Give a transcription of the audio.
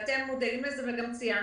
ואתם מודעים לזה וגם ציינתם,